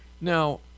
Now